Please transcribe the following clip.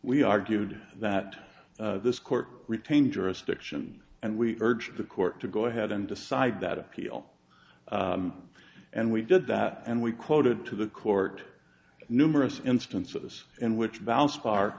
we argued that this court retain jurisdiction and we urge the court to go ahead and decide that appeal and we did that and we quoted to the court numerous instances in which balance part